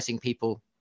people